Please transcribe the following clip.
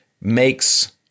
makes